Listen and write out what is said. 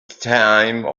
time